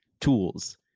tools